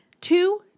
Two